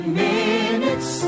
minutes